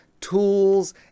tools